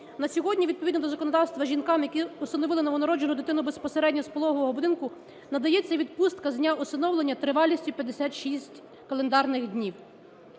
На сьогодні відповідно до законодавства жінкам, які усиновили новонароджену дитину безпосередньо з пологового будинку, надається відпустка з дня усиновлення тривалістю 56 календарних днів,